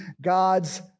God's